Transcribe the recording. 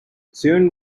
soon